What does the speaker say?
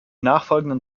nachfolgenden